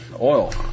oil